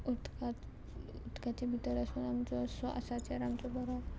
उदकांत उदकाचे भितर आसून आमचो स्वासाचेर आमचो बरो